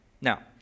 Now